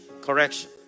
correction